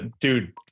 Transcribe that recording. dude